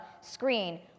screen